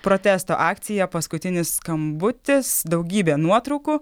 protesto akcija paskutinis skambutis daugybė nuotraukų